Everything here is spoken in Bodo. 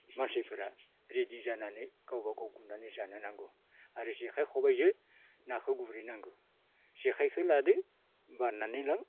मानसिफोरा रेडि जानानै गावबा गाव गुरनानै जानो नांगौ आरो जेखाइ खबाइजो नाखो गुरहैनांगो जेखाइखो लादो बाननानै लां